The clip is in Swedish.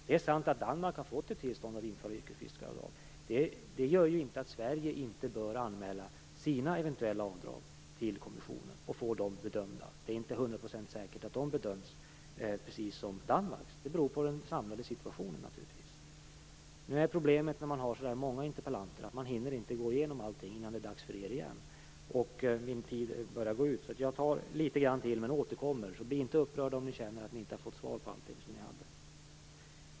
Det är sant att Danmark har fått tillstånd att införa yrkesfiskaravdrag, men det gör inte att Sverige inte bör anmäla sina eventuella avdrag till kommissionen och få dem bedömda. Det är inte hundraprocentigt säkert att de bedöms precis som Danmarks; det beror naturligtvis på den samlade situationen. Problemet med många deltagare i en interpellationsdebatt är att man inte hinner gå igenom allting innan det är deras tur igen. Min taletid börjar nu gå ut. Jag tar litet grand till, men jag återkommer. Bli alltså inte upprörda om ni känner att ni inte har fått svar på allt ni frågat om.